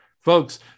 Folks